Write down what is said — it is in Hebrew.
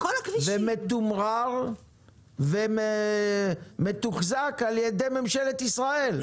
מתומרר ומתוחזק על ידי ממשלת ישראל,